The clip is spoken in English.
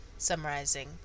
Summarizing